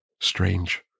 Strange